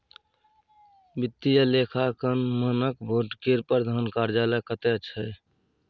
वित्तीय लेखांकन मानक बोर्ड केर प्रधान कार्यालय कतय छै